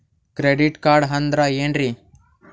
Credit card ಅಂದ್ರ ಏನ್ರೀ?